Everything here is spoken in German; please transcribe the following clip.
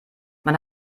man